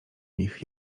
nich